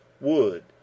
wood